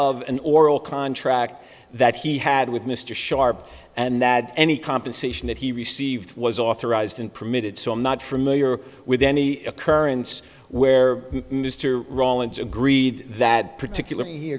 of an oral contract that he had with mr sharp and that any compensation that he received was authorized and permitted so i'm not familiar with any occurrence where mr rawlins agreed that particular